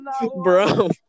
Bro